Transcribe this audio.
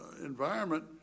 environment